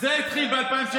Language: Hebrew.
זה התחיל ב-2016.